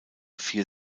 vier